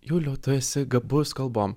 juliau tu esi gabus kalbom